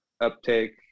uptake